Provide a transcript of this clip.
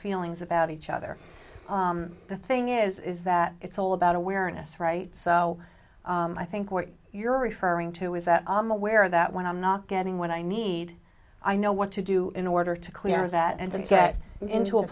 feelings about each other the thing is is that it's all about awareness right so i think what you're referring to is that i'm aware of that when i'm not getting what i need i know what to do in order to clear that and to get into a